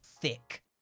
thick